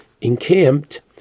encamped